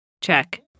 Check